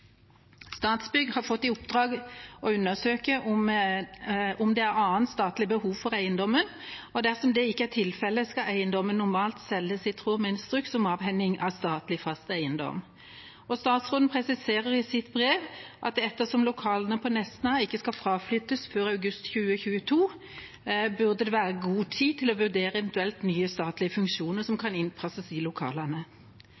Statsbygg har fått i oppdrag å undersøke om det er annet statlig behov for eiendommen. Dersom det ikke er tilfellet, skal eiendommen normalt selges i tråd med instruks om avhending av statlig fast eiendom. Statsråden presiserer i sitt brev at ettersom lokalene på Nesna ikke skal fraflyttes før i august 2022, burde det være god tid til å vurdere eventuelle nye statlige funksjoner som